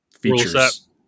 features